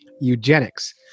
eugenics